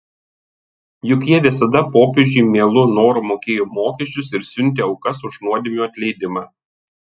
juk jie visada popiežiui mielu noru mokėjo mokesčius ir siuntė aukas už nuodėmių atleidimą